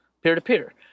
peer-to-peer